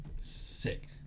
Sick